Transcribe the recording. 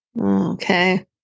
Okay